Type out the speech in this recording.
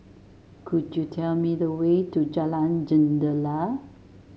could you tell me the way to Jalan Jendela